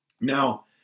Now